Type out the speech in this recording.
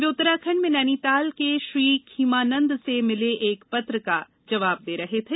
वे उत्तसराखंड में नैनीताल के श्री खीमानंद से मिले एक पत्र का जवाब दे रहे थे